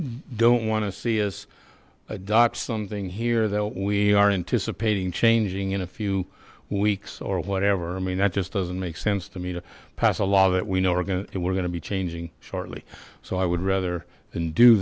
don't want to see is adopt something here that we are anticipating changing in a few weeks or whatever i mean that just doesn't make sense to me to pass a law that we know we're going to we're going to be changing shortly so i would rather than do